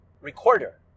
recorder